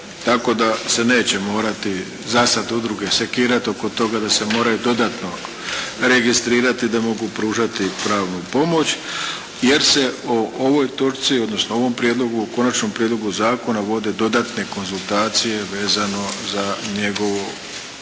tako da se neće morati za sada udruge sekirati oko toga da se moraju dodatno registrirati da mogu pružati pravnu pomoć, jer se o ovoj točci, o Konačnom prijedlogu zakona vode dodatne konzultacije vezano za njegovu doradu